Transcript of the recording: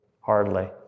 Hardly